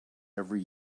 every